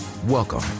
Welcome